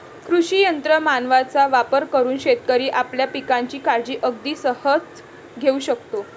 कृषी यंत्र मानवांचा वापर करून शेतकरी आपल्या पिकांची काळजी अगदी सहज घेऊ शकतो